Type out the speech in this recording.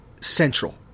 central